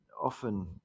often